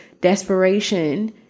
desperation